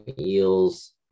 eels